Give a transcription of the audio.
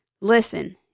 Listen